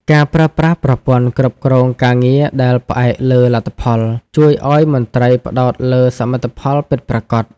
ការប្រើប្រាស់ប្រព័ន្ធគ្រប់គ្រងការងារដែលផ្អែកលើលទ្ធផល ជួយឱ្យមន្ត្រីផ្តោតលើសមិទ្ធផលពិតប្រាកដ។